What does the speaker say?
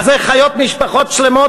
על זה חיות משפחות שלמות,